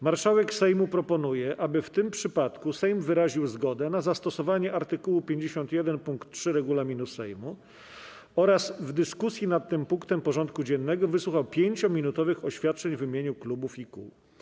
Marszałek Sejmu proponuje, aby w tym przypadku Sejm wyraził zgodę na zastosowanie art. 51 pkt 3 regulaminu Sejmu oraz w dyskusji nad tym punktem porządku dziennego wysłuchał 5-minutowych oświadczeń w imieniu klubów i kół.